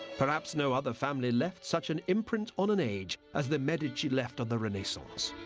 perhaps no other family left such an imprint on an age as the medici left on the renaissance.